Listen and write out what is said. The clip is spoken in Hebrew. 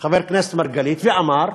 חבר הכנסת מרגלית, ואמר: